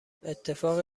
اتفاق